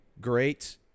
Great